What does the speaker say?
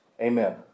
Amen